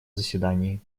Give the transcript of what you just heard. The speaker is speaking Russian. заседании